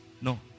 No